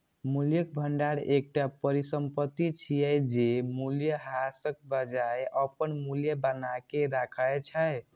मूल्यक भंडार एकटा परिसंपत्ति छियै, जे मूल्यह्रासक बजाय अपन मूल्य बनाके राखै छै